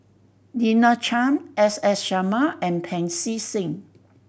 Lina Chiam S S Sarma and Pancy Seng